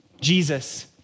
Jesus